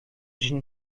için